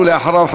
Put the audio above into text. ואחריו,